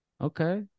Okay